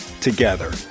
together